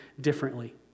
differently